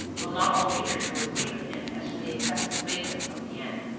though not all readers will agree with him as to the excessive vagueness of the end.